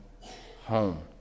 home